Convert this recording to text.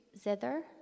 zither